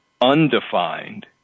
undefined